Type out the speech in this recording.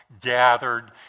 gathered